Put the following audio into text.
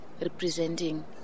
representing